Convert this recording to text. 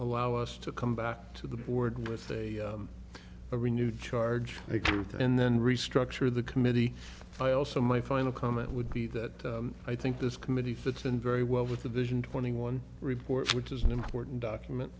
allow us to come back to the board with a renewed charge and then restructure the committee i also my final comment would be that i think this committee fits in very well with the vision twenty one report which is an important document